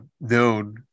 known